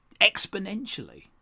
exponentially